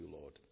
Lord